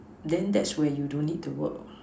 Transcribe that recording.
then that's where you don't need to work